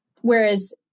Whereas